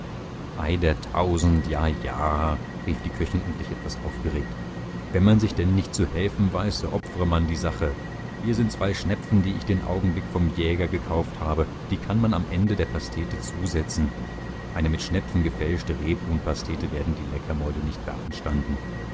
der tausend ja ja rief die köchin endlich etwas aufgeregt wenn man sich denn nicht zu helfen weiß so opfere man die sache hier sind zwei schnepfen die ich den augenblick vom jäger gekauft habe die kann man am ende der pastete zusetzen eine mit schnepfen gefälschte rebhuhnpastete werden die leckermäuler nicht beanstanden